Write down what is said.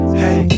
hey